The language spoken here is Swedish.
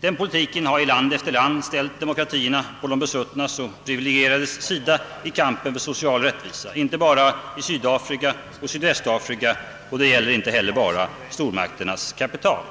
Den politiken har i land efter land ställt demokratierna på de besuttnas och de privilegierades sida i kampen för social rättvisa inte bara i Sydafrika och Sydvästafrika, och inte bara när det gäller stormakternas kapital.